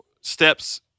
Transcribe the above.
steps